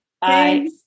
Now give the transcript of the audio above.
Bye